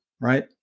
right